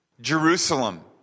Jerusalem